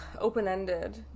open-ended